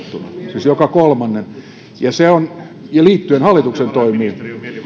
siis joka kolmannen ja liittyen hallituksen toimiin